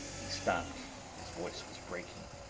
he stopped his voice was breaking,